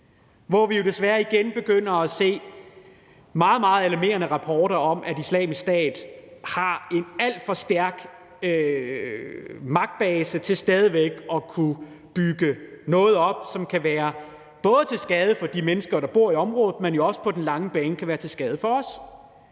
hvor vi jo desværre igen begynder at se meget, meget alarmerende rapporter om, at Islamisk Stat har en alt for stærk magtbase til stadig væk at kunne bygge noget op, som både kan være til skade for de mennesker, der bor i området, men også på den lange bane kan være til skade for os.